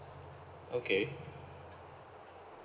okay